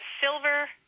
silver